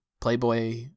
Playboy